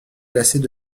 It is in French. glacées